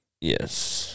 yes